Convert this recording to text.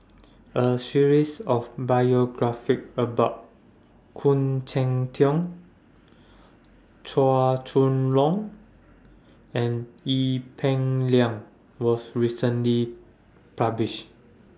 A series of biographies about Khoo Cheng Tiong Chua Chong Long and Ee Peng Liang was recently published